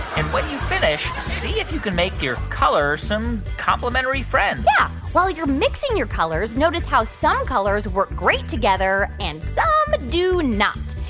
and when you finish, see if you can make your color some complementary friends yeah. while you're mixing your colors, notice how some colors work great together and some do not.